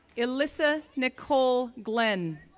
elyssa nicole glenn,